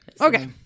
Okay